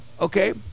okay